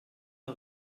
der